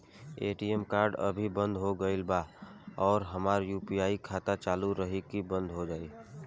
ATM card अभी बंद हो गईल आज और हमार यू.पी.आई खाता चालू रही की बन्द हो जाई?